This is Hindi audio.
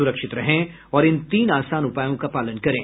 सुरक्षित रहें और इन तीन आसान उपायों का पालन करें